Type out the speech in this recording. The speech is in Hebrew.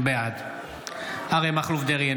בעד אריה מכלוף דרעי,